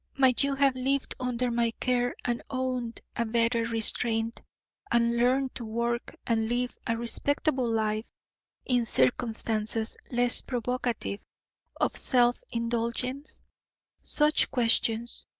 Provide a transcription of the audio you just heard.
might you have lived under my care and owned a better restraint and learned to work and live a respectable life in circumstances less provocative of self-indulgence? such questions,